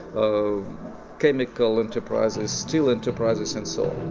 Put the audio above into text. um chemical enterprises, steel enterprises and so